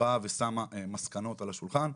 שמה מסקנות על השולחן.